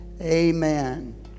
Amen